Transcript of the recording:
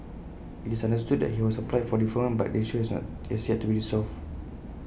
IT is understood that he has applied for deferment but the issue has yet to be resolved